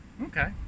Okay